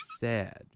sad